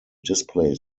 display